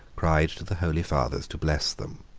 cried to the holy fathers to bless them.